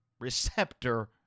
receptor